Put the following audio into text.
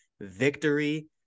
victory